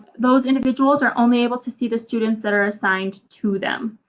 those individuals are only able to see the students that are assigned to them.